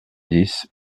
dix